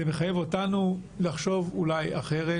זה מחייב אותנו לחשוב אולי אחרת